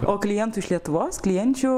o klientų iš lietuvos klienčių